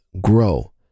grow